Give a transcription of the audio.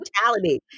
mentality